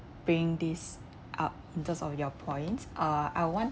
bringing this up in terms of your points uh I want